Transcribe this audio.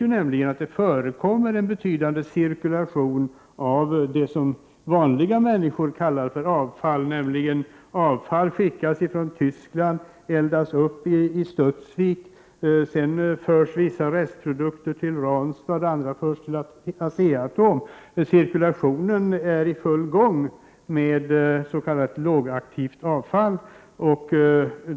Vi vet ju att det förekommer en betydande cirkulation av det som av gemene man kallas för avfall, som innebär att avfall skickas från Tyskland och eldas upp i Studsvik. Sedan förs vissa restprodukter till Ranstad medan andra förs till ASEA ATOM. Cirkulationen med s.k. lågaktivt avfall är i full gång.